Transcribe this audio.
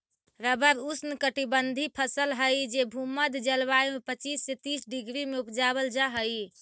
rubber ऊष्णकटिबंधी फसल हई जे भूमध्य जलवायु में पच्चीस से तीस डिग्री में उपजावल जा हई